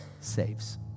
saves